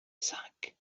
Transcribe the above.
cinq